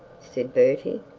said bertie,